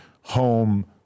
home